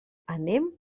anem